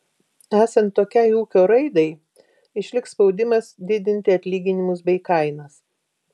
esant tokiai ūkio raidai išliks spaudimas didinti atlyginimus bei kainas